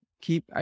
keep